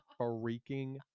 freaking